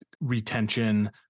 retention